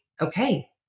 okay